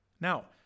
Now